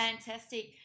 fantastic